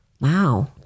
wow